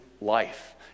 life